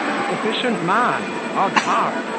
a sufficient man! odds heart!